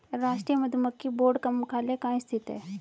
राष्ट्रीय मधुमक्खी बोर्ड का मुख्यालय कहाँ स्थित है?